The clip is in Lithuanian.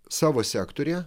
savo sektoriuje